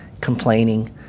Complaining